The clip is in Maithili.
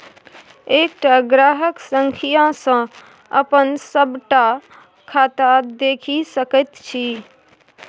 एकटा ग्राहक संख्या सँ अपन सभटा खाता देखि सकैत छी